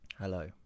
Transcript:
hello